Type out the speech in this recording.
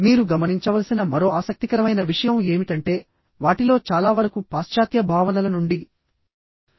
మీరు గమనించవలసిన మరో ఆసక్తికరమైన విషయం ఏమిటంటే వాటిలో చాలా వరకు పాశ్చాత్య భావనల నుండి ఉద్భవించాయి